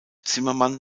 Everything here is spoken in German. zimmermann